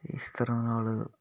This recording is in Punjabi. ਅਤੇ ਇਸ ਤਰ੍ਹਾਂ ਨਾਲ